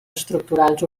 estructurals